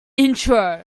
intro